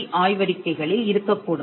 d ஆய்வறிக்கைகளில் இருக்கக் கூடும்